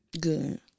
Good